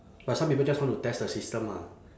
but some people just want to test the system lah